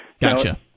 Gotcha